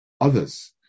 others